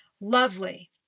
Lovely